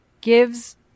gives